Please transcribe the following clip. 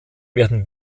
werden